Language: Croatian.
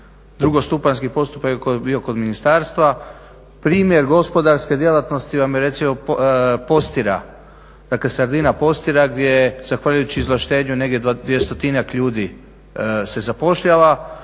drugostupanjski postupak je bio kod ministarstva. Primjer gospodarske djelatnosti je vam recimo Postira, dakle Sardina Postira gdje je zahvaljujući izvlaštenju negdje dvjestotinjak ljudi se zapošljava.